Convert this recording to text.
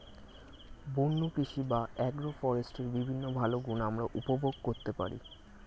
বন্য কৃষি বা অ্যাগ্রো ফরেস্ট্রির বিভিন্ন ভালো গুণ আমরা উপভোগ করতে পারি